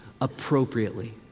appropriately